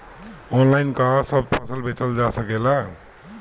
Online का सब फसल बेचल जा सकेला?